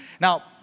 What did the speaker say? Now